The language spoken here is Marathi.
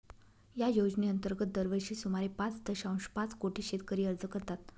या योजनेअंतर्गत दरवर्षी सुमारे पाच दशांश पाच कोटी शेतकरी अर्ज करतात